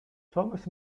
thomas